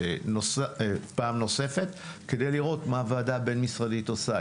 פעם נוספת כדי לראות מה הוועדה הבין-משרדית עושה,